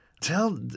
Tell